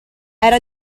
era